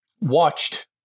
watched